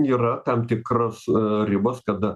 yra tam tikros ribos kada